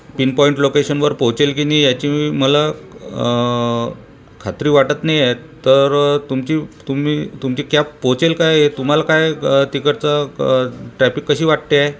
pinpoint लोकेशनवर पोचेल की नाही याची मला खात्री वाटत नाही आहे तर तुमची तुम्ही तुमची कॅप पोहचेल काय आहे तुम्हाला काय तिकडचं क ट्रपिक कशी वाटते आहे